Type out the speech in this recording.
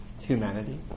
humanity